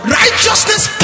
righteousness